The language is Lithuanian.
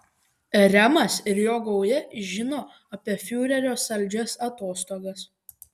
remas ir jo gauja žino apie fiurerio saldžias atostogas